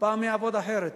פעם יעבוד אחרת,